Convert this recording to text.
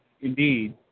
Indeed